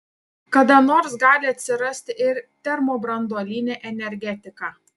kada nors gali atsirasti ir termobranduolinė energetika